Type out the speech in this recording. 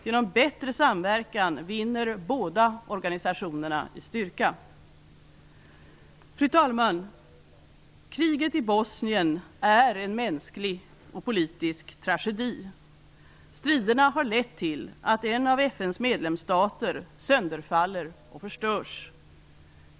Genom bättre samverkan vinner båda organisationerna i styrka. Fru talman! Kriget i Bosnien är en mänsklig och politisk tragedi. Striderna har lett till att en av FN:s medlemsstater sönderfaller och förstörs.